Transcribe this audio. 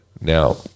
now